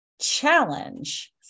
challenge